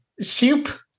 soup